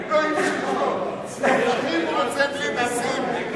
אלוהים ישמור, צלופחים הוא רוצה בלי מסים.